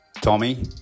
Tommy